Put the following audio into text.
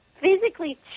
physically